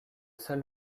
seul